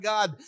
God